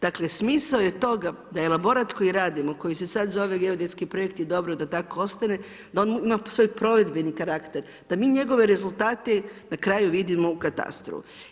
Dakle, smisao je toga da elaborat koji radimo, koji se sad zove geodetski projekt i dobro da tako ostane, da on ima svoj provedbeni karakter, da mi njegove rezultate na kraju vidimo u katastru.